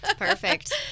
Perfect